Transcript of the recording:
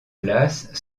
place